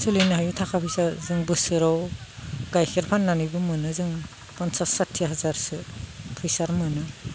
सोलिनो हायो थाखा फैसा जों बोसोराव गाइखेर फाननानैबो मोनो जोङो पन्सास साथि हाजारसो फैसा मोनो